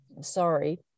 sorry